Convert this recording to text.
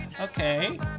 Okay